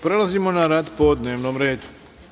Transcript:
Prelazimo na rad po dnevnom redu.